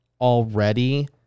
already